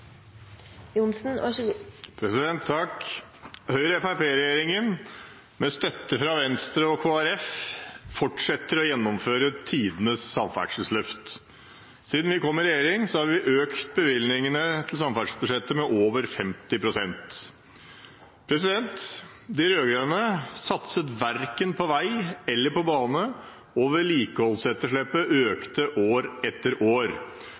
fortsetter å gjennomføre tidenes samferdselsløft. Siden vi kom i regjering, har vi økt bevilgningene til samferdselsbudsjettet med over 50 pst. De rød-grønne satset verken på vei eller på bane, og vedlikeholdsetterslepet økte år etter år.